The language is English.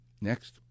Next